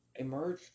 emerge